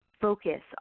focus